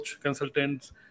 consultants